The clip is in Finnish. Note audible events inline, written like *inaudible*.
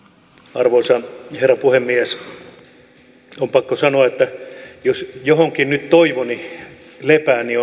arvoisa herra puhemies on pakko sanoa että jos jossakin nyt toivoni lepää niin *unintelligible*